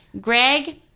greg